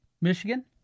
Michigan